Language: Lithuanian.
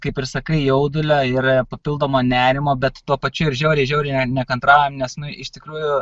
kaip ir sakai jaudulio ir papildomo nerimo bet tuo pačiu ir žiauriai žiauriai nekantraujam nes iš tikrųjų